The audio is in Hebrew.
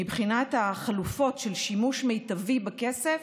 מבחינת החלופות של שימוש מיטבי בכסף,